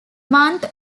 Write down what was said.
month